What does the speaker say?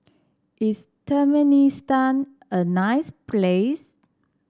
is Turkmenistan a nice place